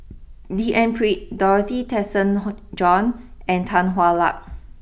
D N Pritt Dorothy Tessensohn Jone and Tan Hwa Luck